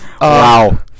Wow